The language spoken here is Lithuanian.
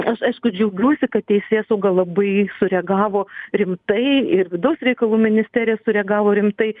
aš aišku džiaugiuosi kad teisėsauga labai sureagavo rimtai ir vidaus reikalų ministerija sureagavo rimtai